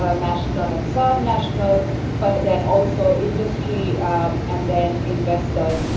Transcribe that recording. ah national and subnational but then also industry and then investors.